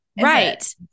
right